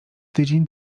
tydzień